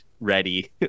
ready